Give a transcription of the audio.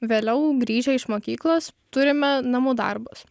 vėliau grįžę iš mokyklos turime namų darbus